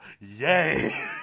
Yay